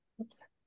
oops